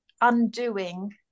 undoing